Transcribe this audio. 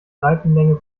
seitenlänge